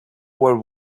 were